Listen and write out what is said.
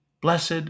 Blessed